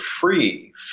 free